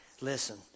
Listen